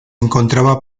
encontraba